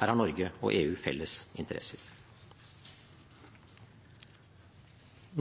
Her har Norge og EU felles interesser.